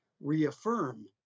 reaffirm